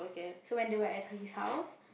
so when they were at his house